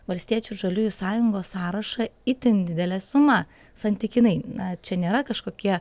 valstiečių ir žaliųjų sąjungos sąrašą itin didele suma santykinai na čia nėra kažkokie